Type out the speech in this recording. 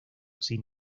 sin